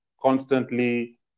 constantly